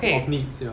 okay